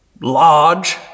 large